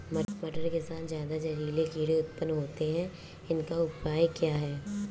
मटर के साथ जहरीले कीड़े ज्यादा उत्पन्न होते हैं इनका उपाय क्या है?